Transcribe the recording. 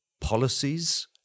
policies